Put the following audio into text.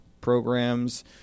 programs